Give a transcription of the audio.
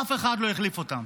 אף אחד לא החליף אותם.